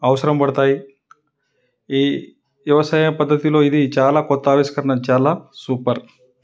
అవసరం పడుతాయి ఈ వ్యవసాయ పద్దతిలో ఇది చాలా కొత్త ఆవిష్కరణ చాలా సూపర్